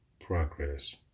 progress